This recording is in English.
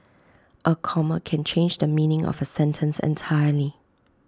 A comma can change the meaning of A sentence entirely